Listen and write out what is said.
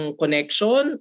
connection